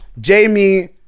Jamie